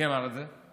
מי אמר את זה?